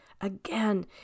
Again